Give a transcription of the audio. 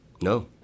no